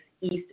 East